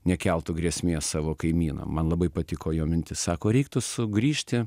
nekeltų grėsmės savo kaimynam man labai patiko jo mintis sako reiktų sugrįžti